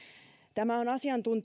tämä on asiantuntijoiden